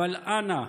אבל אנא,